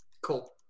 Cool